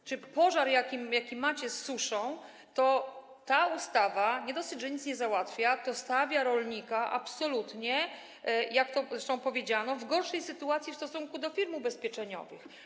Jeśli chodzi o pożar, jaki macie z suszą, to ta ustawa nie dosyć, że nic nie załatwia, to stawia rolnika absolutnie - jak to zresztą powiedziano - w gorszej sytuacji w stosunku do firm ubezpieczeniowych.